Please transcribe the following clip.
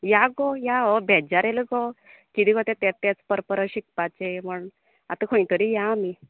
या गो या हय बेज्जार येला गो किते गो ते तेंच तेंच परत परत शिकपाचें म्हण आतां खंय तरी या आमी